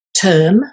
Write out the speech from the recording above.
term